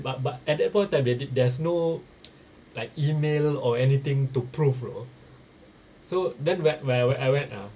but but at that point of time there did there's no like email or anything to proof know so then whe~ where where I went ah